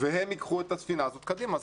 והם ייקחו את הספינה הזאת קדימה.